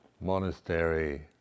monastery